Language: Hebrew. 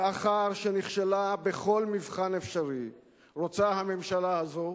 לאחר שנכשלה בכל מבחן אפשרי רוצה הממשלה הזו,